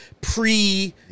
pre